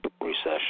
recession